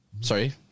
sorry